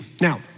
Now